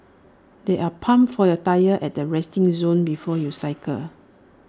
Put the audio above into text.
there are pumps for your tyres at the resting zone before you cycle